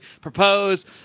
propose